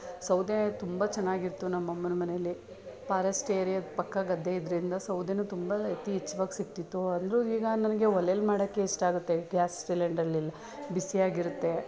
ಸೌದೆ ತುಂಬ ಚೆನ್ನಾಗಿತ್ತು ನಮ್ಮಮ್ಮನ ಮನೇಲಿ ಪಾರೆಸ್ಟ್ ಏರಿಯಾದ ಪಕ್ಕ ಗದ್ದೆ ಇದರಿಂದ ಸೌದೆನೂ ತುಂಬ ಯಥೇಚ್ವಾಗಿ ಸಿಗ್ತಿತ್ತು ಅಂದರೂ ಈಗ ನನಗೆ ಒಲೇಲಿ ಮಾಡೋಕ್ಕೆ ಇಷ್ಟ ಆಗುತ್ತೆ ಗ್ಯಾಸ್ ಸಿಲಿಂಡರ್ಲಿಲ್ಲ ಬಿಸಿಯಾಗಿರುತ್ತೆ